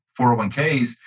401ks